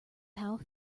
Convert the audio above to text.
pal